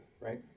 right